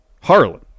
Harlan